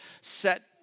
set